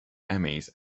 emmys